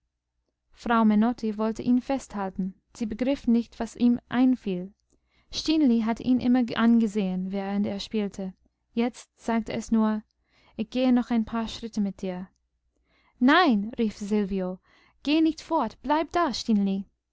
frau menotti wollte ihn festhalten sie begriff nicht was ihm einfiel stineli hatte ihn immer angesehen während er spielte jetzt sagte es nur ich gehe noch ein paar schritte mit dir nein rief silvio geh nicht fort bleib da stineli